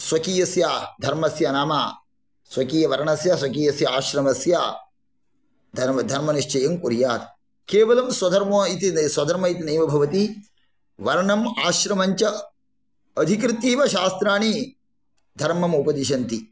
स्वकीयस्य धर्मस्य नाम स्वकीयवर्णस्य स्वकीयस्य आश्रमस्य धर्मनिश्चयङ्कुर्यात् केवलं स्वधर्म इति स्वधर्म इति नैव भवति वर्णम् आश्रमञ्च अधिकृत्यैव शास्त्राणि धर्मम् उपदिशन्ति